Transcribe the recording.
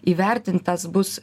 įvertintas bus